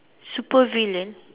supervillain